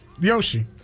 Yoshi